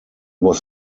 was